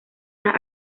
las